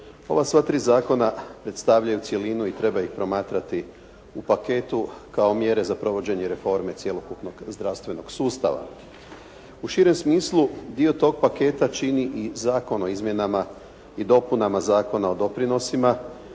Ova sva tri zakona predstavljaju cjelinu i treba ih promatrati u paketu kao mjere za provođenje reforme cjelokupnog zdravstvenog sustava. U širem smislu, dio tog paketa čini i Zakon o izmjenama i dopunama Zakona o doprinosima